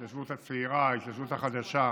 ההתיישבות הצעירה, ההתיישבות החדשה,